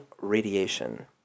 radiation